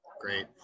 great